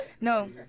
No